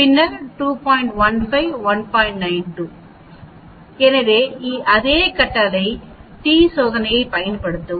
2 எனவே அதே கட்டளை t சோதனையைப் பயன்படுத்தவும்